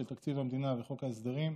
של תקציב המדינה וחוק ההסדרים.